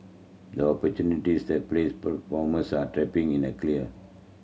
the opportunity that plays platforms are tapping in a clear